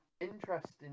Interesting